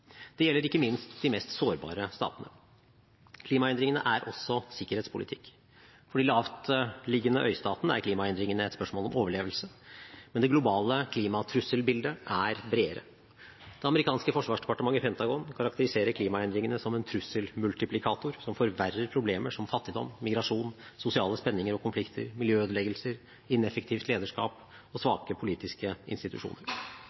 gjelder ikke minst de mest sårbare statene. Klimaendringene er også sikkerhetspolitikk. For de lavtliggende øystatene er klimaendringene et spørsmål om overlevelse. Men det globale klimatrusselbildet er bredere. Det amerikanske forsvarsdepartementet Pentagon karakteriserer klimaendringene som en trusselmultiplikator som forverrer problemer som fattigdom, migrasjon, sosiale spenninger og konflikter, miljøødeleggelser, ineffektivt lederskap og svake politiske institusjoner.